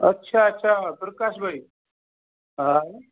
अच्छा अच्छा प्रकाश भाई हा